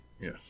Yes